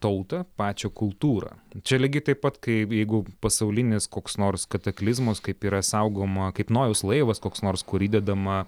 tautą pačią kultūrą čia lygiai taip pat kaip jeigu pasaulinis koks nors kataklizmas kaip yra saugoma kaip nojaus laivas koks nors kur įdedama